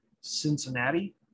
Cincinnati